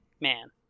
man